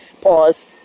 Pause